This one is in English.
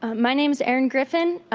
ah my name is erin griffin.